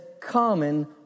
common